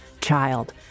child